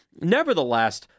Nevertheless